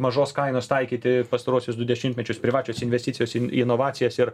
mažos kainos taikyti pastaruosius du dešimtmečius privačios investicijos į inovacijas ir